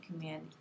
Command